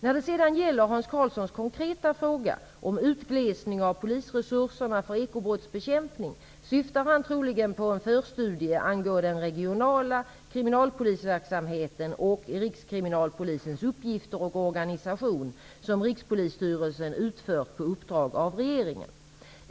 När det sedan gäller Hans Karlssons konkreta fråga om utglesning av polisresurserna för ekobrottsbekämpning syftar han troligen på en förstudie angående den regionala kriminalpolisverksamheten och rikskriminalpolisens uppgifter och organisation som Rikspolisstyrelsen utfört på uppdrag av regeringen.